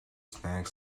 snag